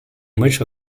much